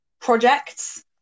projects